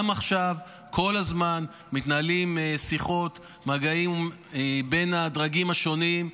גם עכשיו כל הזמן מתנהלים שיחות ומגעים בין הדרגים השונים.